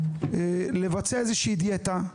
לבצע איזושהי דיאטה,